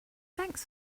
thanks